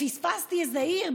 פספסתי איזו עיר?